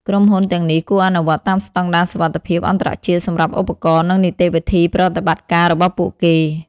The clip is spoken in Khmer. ក្រុមហ៊ុនទាំងនេះគួរអនុវត្តតាមស្តង់ដារសុវត្ថិភាពអន្តរជាតិសម្រាប់ឧបករណ៍និងនីតិវិធីប្រតិបត្តិការរបស់ពួកគេ។